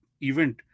event